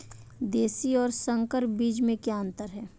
देशी और संकर बीज में क्या अंतर है?